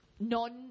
non